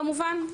כמובן,